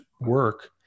work